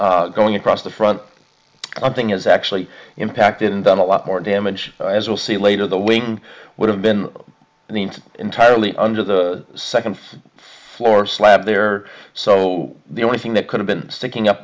going across the front i think is actually impacted on a lot more damage as we'll see later the wing would have been entirely under the second floor slab there so the only thing that could have been sticking up